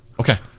Okay